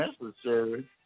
necessary